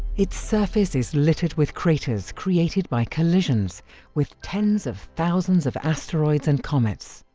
its surface is littered with craters created by collisions with tens of thousands of asteroids and comets.